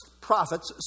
prophets